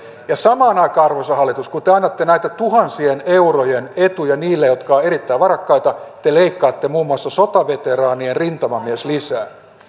ja samaan aikaan arvoisa hallitus kun te annatte näitä tuhansien eurojen etuja niille jotka ovat erittäin varakkaita te leikkaatte muun muassa sotaveteraanien rintamamieslisää